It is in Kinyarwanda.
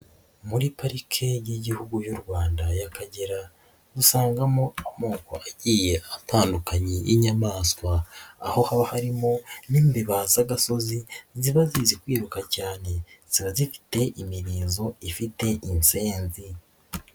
Muri parike y'igihugu y'u Rwanda y'Akagera usangamo amoko agiye atandukanye y'inyamaswa, aho haba harimo n'imbeba z'agasozi ziba zizi kwiruka cyane, ziba zifite imirizo ifite insenzi.